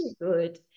Good